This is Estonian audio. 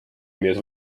milles